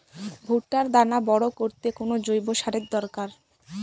ভুট্টার দানা বড় করতে কোন জৈব সারের দরকার?